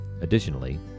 Additionally